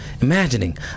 imagining